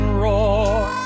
roar